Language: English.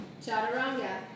Chaturanga